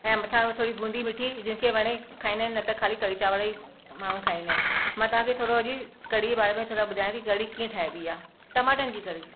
ऐं मथां थोरी बूंदी मिठी जिन खे वणे खाईंदा आहिनि न त खाली कढ़ी चांवर ई माण्हू खाईंदा आहिनि मां तव्हां खे थोरो अॼु कढ़ी जे बारे में थोरा ॿुधायां थी कढ़ी कीअं ठाहिबी आहे टमाटनि जी कढ़ी